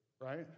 right